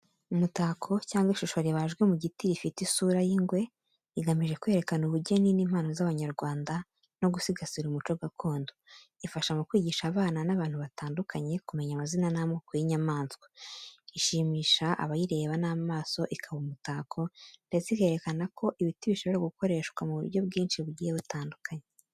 Umutako cyangwa ishusho ribajwe mu giti rifite isura y’ingwe, igamije kwerekana ubugeni n’impano z’abanyarwanda, no gusigasira umuco gakondo. Ifasha mu kwigisha abana n’abantu batandukanye kumenya amazina n'amoko y'inyamaswa. Ishimisha abayireba n'amaso, ikaba umutako, ndetse ikerekana ko ibiti bishobora gukoreshwa mu buryo bwinshi bugiye butandukanye.